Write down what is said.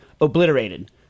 obliterated